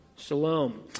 Shalom